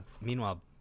meanwhile